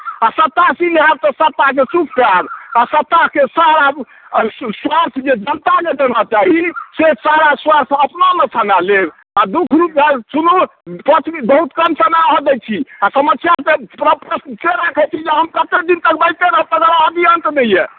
आ सत्तासीन जे होएब तऽ सत्ताके सुख पाएब आ सत्ताके सारा स्वार्थ जे जनताके देना चाही से सारा स्वार्थ अपनामे समाए लेब आ दू मिनट रुकू बहुत कम समय अहाँ दै छी आ समस्या तऽ प्रश्न से राखैत छी जे हम कतेक दिन तक बजिते रहब तकर आदि अंत नहि यऽ